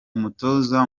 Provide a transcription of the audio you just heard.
umutoza